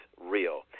real